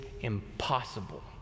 impossible